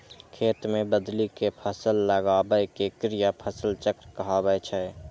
खेत मे बदलि कें फसल लगाबै के क्रिया फसल चक्र कहाबै छै